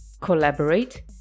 collaborate